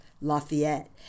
Lafayette